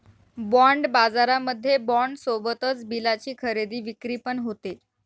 bond बाजारामध्ये bond सोबतच बिलाची खरेदी विक्री पण होते